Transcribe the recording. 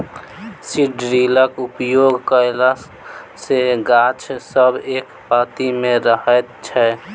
seed ड्रिलक उपयोग कयला सॅ गाछ सब एक पाँती मे रहैत छै